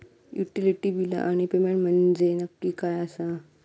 Utility बिला आणि payment म्हंजे नक्की काय आसा?